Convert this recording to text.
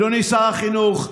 אדוני שר החינוך,